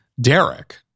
Derek